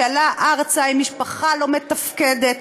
שעלה ארצה עם משפחה לא מתפקדת,